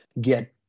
get